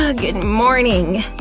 ah good morning!